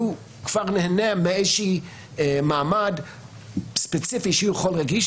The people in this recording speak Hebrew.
שהוא כבר נהנה מאיזשהו מעמד ספציפי שהוא יכול להגיש,